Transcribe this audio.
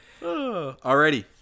alrighty